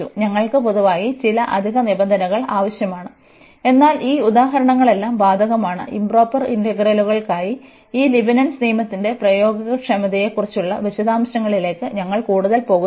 ഞങ്ങൾക്ക് പൊതുവായി ചില അധിക നിബന്ധനകൾ ആവശ്യമാണ് എന്നാൽ ഈ ഉദാഹരണങ്ങളെല്ലാം ബാധകമാണ് ഇoപ്രോപ്പർ ഇന്റഗ്രലുകൾക്കായി ഈ ലീബ്നിറ്റ്സ് നിയമത്തിന്റെ പ്രയോഗക്ഷമതയെക്കുറിച്ചുള്ള വിശദാംശങ്ങളിലേക്ക് ഞങ്ങൾ കൂടുതൽ പോകുന്നില്ല